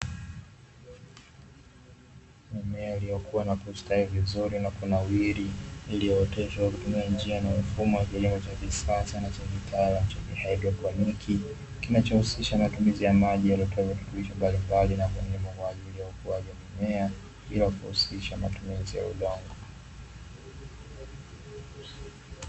Mimea iliyokua na kustawi vizuri na kunawili, iliyooteshwa kwa kutumia njia na mfumo wa kilimo cha kisasa na cha kitaalamu cha haidroponi, kinachohusisha matumizi ya maji yaliyotoa virutubisho mbalimbali na muhimu kwa ajili ya ukuaji wa mimea, bila kuhusisha matumizi ya udongo.